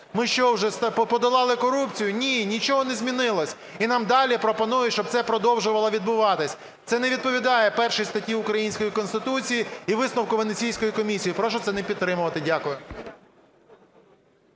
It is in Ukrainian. Ми що, вже подолали корупцію? Ні, нічого не змінилось. І нам далі пропонують, щоб це продовжувало відбуватись. Це не відповідає 1 статті української Конституції і висновку Венеційської комісії. Прошу це не підтримувати. Дякую.